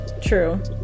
True